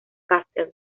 castle